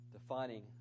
defining